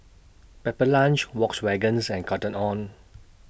Pepper Lunch Volkswagens and Cotton on